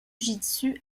jitsu